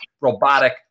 robotic